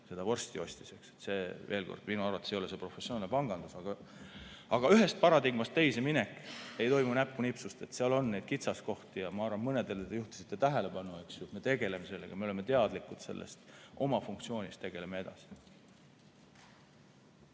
seda vorsti ostis. Veel kord, minu arvates ei ole see professionaalne pangandus. Aga ühest paradigmast teise minek ei toimu näpunipsust. Seal on neid kitsaskohti ja mõnedele te juhtisite tähelepanu. Me tegeleme sellega, me oleme teadlikud sellest oma funktsioonist. Tegeleme edasi.